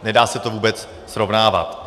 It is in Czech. Nedá se to vůbec srovnávat.